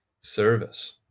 Service